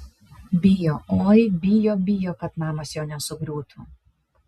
bijo oi bijo bijo kad namas jo nesugriūtų